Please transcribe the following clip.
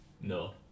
No